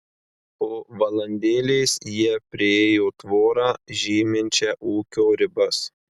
po valandėlės jie priėjo tvorą žyminčią ūkio ribas